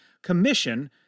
Commission